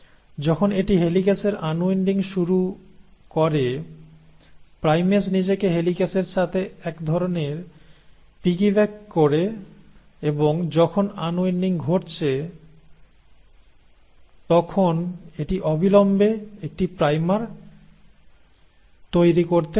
যখন এটি হেলিক্যাসের আনউইন্ডিং শুরু করে প্রাইমেস নিজেকে হিলিক্যাসের সাথে এক ধরণের পিগিব্যাক করে এবং যখন আনউইন্ডিং ঘটছে থাকে তখন এটি অবিলম্বে একটি প্রাইমার তৈরি করতে পারে